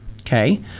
Okay